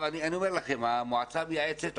המועצה המייעצת,